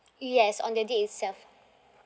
yes on the day itself